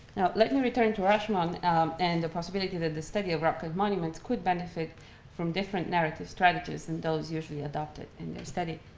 let me return to rashomon and the possibility that the study of rock cut monuments could benefit from different narrative strategies than and those usually adopted in study.